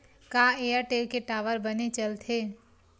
का एयरटेल के टावर बने चलथे?